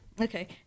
okay